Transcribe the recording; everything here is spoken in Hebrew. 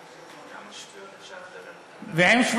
תאמין לי,